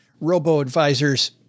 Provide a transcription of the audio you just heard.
robo-advisors